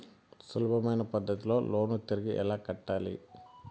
సులభమైన పద్ధతిలో లోను తిరిగి ఎలా కట్టాలి